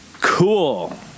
Cool